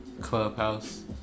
clubhouse